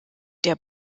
der